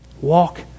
Walk